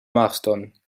marston